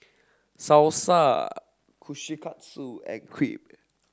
Salsa Kushikatsu and Crepe